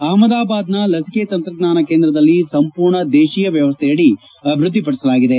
ಅಹಮದಾಬಾದ್ನ ಲಸಿಕೆ ತಂತ್ರಜ್ಞಾನ ಕೇಂದ್ರದಲ್ಲಿ ಸಂಪೂರ್ಣ ದೇಶೀಯ ವ್ಲವಸ್ಗೆಯಡಿ ಅಭಿವ್ಲದ್ದಿಪಡಿಸಲಾಗಿದೆ